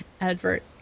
Advert